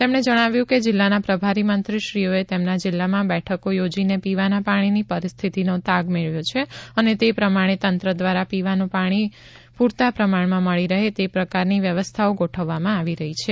તેમણે જણાવ્યું કે જિલ્લાના પ્રભારી મંત્રીશ્રીઓએ તેમના જિલ્લામાં બેઠકો યોજીને પીવાના પાણીની પરિસ્થિતિનો તાગ મેળવ્યો છે અને તે પ્રમાણે તંત્ર દ્વારા પીવાનું પાણી પૂરતાં પ્રમાણમાં મળી રહે તે પ્રકારની વ્યવસ્થાઓ ગોઠવવામાં આવી રહી છે